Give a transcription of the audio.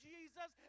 Jesus